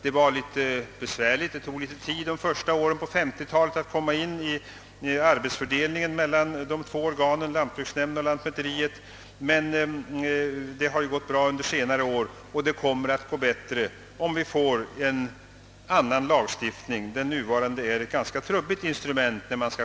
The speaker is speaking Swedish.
Det tog litet tid under de första åren på 1950-talet att organisera arbetsfördelningen mellan de två organen, lantbruksnämnden och lantmäteriet. Men på senare år har samarbetet gått bra, och det kommer att gå ännu bättre om vi får en annan lagstiftning — den nuvarande är ett ganska trubbigt instrument.